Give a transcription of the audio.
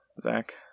Zach